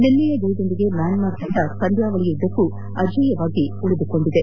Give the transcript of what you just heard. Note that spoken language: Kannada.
ನಿನ್ನೆಯ ಜಯದೊಂದಿಗೆ ಮ್ಯಾನ್ಮಾರ್ ಪಂದ್ಯಾವಳಿಯಾದ್ಯಂತ ಅಜೇಯವಾಗಿ ಉಳಿದಿದೆ